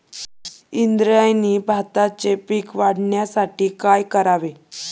इंद्रायणी भाताचे पीक वाढण्यासाठी काय करावे?